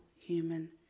human